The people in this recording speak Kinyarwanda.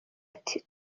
ati